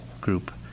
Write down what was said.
group